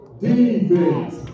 defense